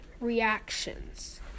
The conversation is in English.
Reactions